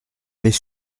avait